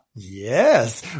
yes